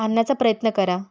आणण्याचा प्रयत्न करा